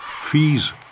Fees